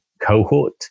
cohort